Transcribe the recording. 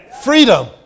Freedom